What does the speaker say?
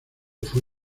fue